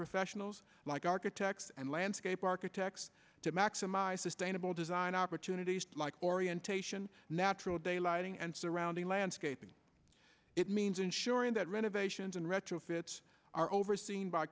professionals like architects and landscape architects to maximize sustainable design opportunities like orientation natural day lighting and surrounding landscaping it means ensuring that renovations and retrofits are overseen by